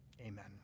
Amen